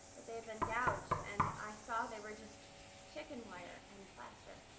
but they had been gouged, and i saw they were just chicken wire and plaster.